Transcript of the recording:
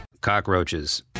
cockroaches